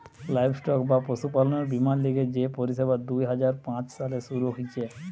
livestock বা পশুপালনের বীমার লিগে যে পরিষেবা দুই হাজার পাঁচ সালে শুরু হিছে